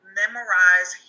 memorize